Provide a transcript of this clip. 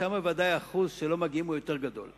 שם ודאי האחוז שלא מגיעים הוא יותר גדול,